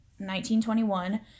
1921